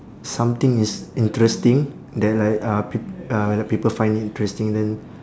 something is interesting that like uh p~ uh when people find it interesting then